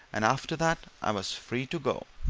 and after that i was free to go,